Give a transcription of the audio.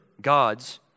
God's